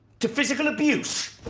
to physical abuse.